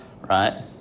Right